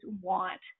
want